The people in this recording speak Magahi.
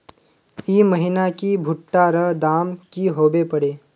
ई महीना की भुट्टा र दाम की होबे परे?